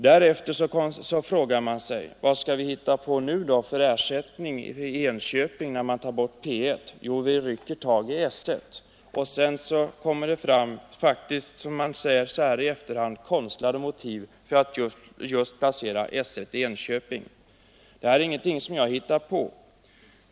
Därefter frågar man sig: Vad skall vi nu hitta på för ersättning i Enköping, när vi tar bort P 1? Och man svarar: Ja, vi rycker tag i S 1. I efterhand kommer det så fram konstlade motiv för att just placera § 1 i Enköping. Det här är ingenting som jag hittar på.